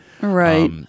Right